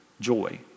joy